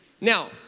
Now